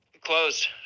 closed